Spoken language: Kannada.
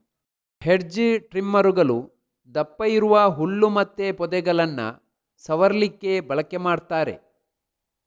ಹೆಡ್ಜ್ ಟ್ರಿಮ್ಮರುಗಳು ದಪ್ಪ ಇರುವ ಹುಲ್ಲು ಮತ್ತೆ ಪೊದೆಗಳನ್ನ ಸವರ್ಲಿಕ್ಕೆ ಬಳಕೆ ಮಾಡ್ತಾರೆ